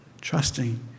trusting